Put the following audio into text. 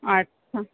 अच्छा